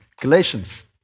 Galatians